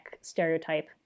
stereotype